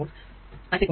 2 volt 8